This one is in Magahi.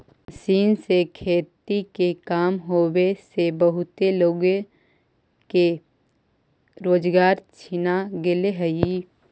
मशीन से खेती के काम होवे से बहुते लोग के रोजगार छिना गेले हई